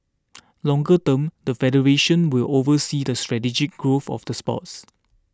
longer term the federation will oversee the strategic growth of the sports